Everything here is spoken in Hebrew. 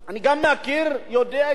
יודע את התיאוריה שאומרת,